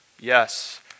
Yes